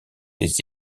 des